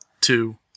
two